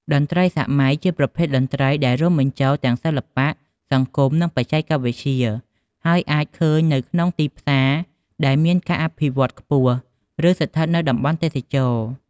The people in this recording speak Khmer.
តន្ត្រីសម័យជាប្រភេទតន្ត្រីដែលរួមបញ្ចូលទាំង សិល្បៈ សង្គម និងបច្ចេកវិទ្យា ហើយអាចឃើញនៅក្នុងទីផ្សារដែលមានការអភិវឌ្ឍខ្ពស់ ឬស្ថិតនៅតំបន់ទេសចរណ៍។